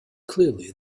clearly